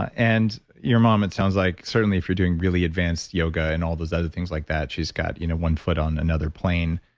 and your mom it sounds like certainly if you're doing really advanced yoga and all those other things like that, she's got you know one foot on another plane.